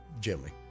Jimmy